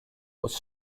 was